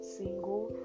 single